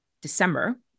December